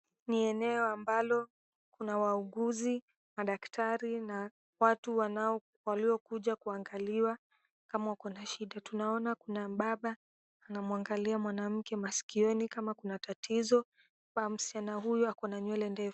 Ni eneo ambalo kuna wauguzi madakitari na watu ambao wanokuja kuanagaliwa kama ukona shida tunaona baba ana muangalia mwanamke maksioni kama kuna tatizo msichana huyo akona nywele ndefu.